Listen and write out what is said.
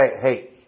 hey